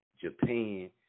Japan